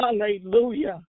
Hallelujah